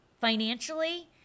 financially